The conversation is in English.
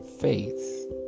faith